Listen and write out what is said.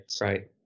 right